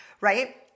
right